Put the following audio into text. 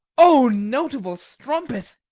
o notable strumpet